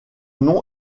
nom